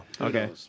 Okay